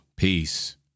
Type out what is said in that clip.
Peace